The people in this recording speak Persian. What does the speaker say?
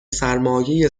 سرمایهی